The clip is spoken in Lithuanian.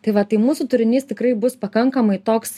tai va tai mūsų turinys tikrai bus pakankamai toks